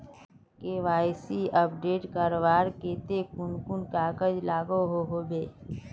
KYC update करवार केते कुन कुन कागज लागोहो होबे?